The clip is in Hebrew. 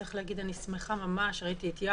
צריך להגיד שאני שמחה ממש ראיתי פה את יעקב,